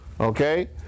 Okay